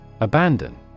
Abandon